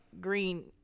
green